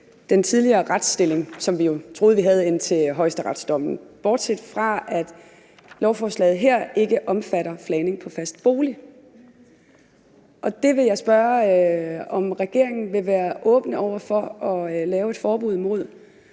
den tidligere retsstilling, som vi troede vi havde, indtil højesteretsdommen kom – bortset fra at lovforslaget her ikke omfatter flagning på fast ejendom. Og det vil jeg spørge om regeringen vil være åben over for at lave et forbud mod.